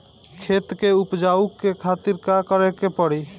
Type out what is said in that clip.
खेत के उपजाऊ के खातीर का का करेके परी?